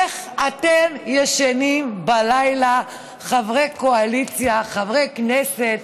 איך אתם ישנים בלילה, חברי קואליציה, חברי כנסת?